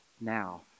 now